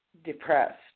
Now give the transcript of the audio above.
depressed